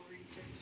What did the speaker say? research